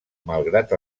malgrat